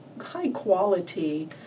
high-quality